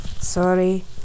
Sorry